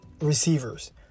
receivers